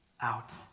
out